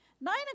Nine